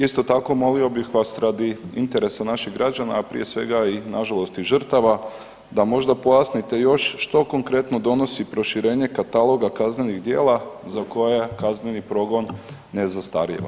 Isto tako, molio bih vas radi interesa naših građana, a prije svega i nažalost i žrtava, da možda pojasnite još što konkretno donosi proširenje kataloga kaznenih djela za koje kazneni progon je zastarijeva.